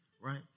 Right